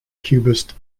cubist